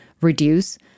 reduce